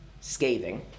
Scathing